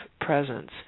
presence